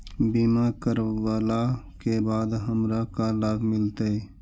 बीमा करवला के बाद हमरा का लाभ मिलतै?